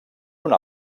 una